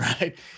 Right